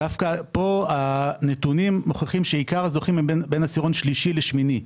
פה הנתונים מוכיחים שעיקר הזוכים הם בין עשירון שלישי לשמיני.